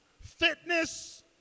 fitness